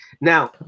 now